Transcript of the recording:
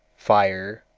fire,